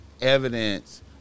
evidence